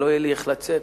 לא יהיה לי איך לצאת,